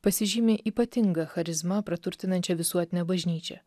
pasižymi ypatinga charizma praturtinančią visuotinę bažnyčią